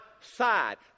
side